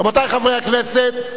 רבותי חברי הכנסת,